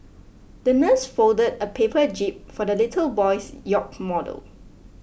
the nurse folded a paper jib for the little boy's yacht model